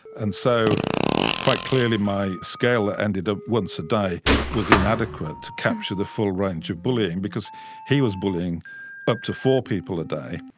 and so quite clearly my scale that ah ended up once-a-day was inadequate to capture the full range of bullying because he was bullying up to four people a day.